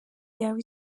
yawe